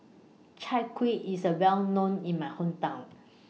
Chai Kuih IS A Well known in My Hometown